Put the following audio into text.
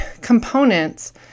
components